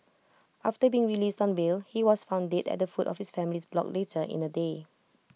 after being released on bail he was found dead at the foot of his family's block later in the day